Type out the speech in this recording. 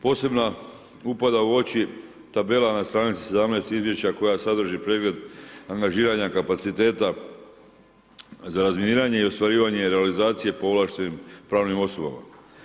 Posebna upada u oči tabela na stranici 17 izvješća koja sadrži pregled angažiranja kapaciteta za razminiranje i ostvarivanje realizacije povlaštenim pravnim osobama.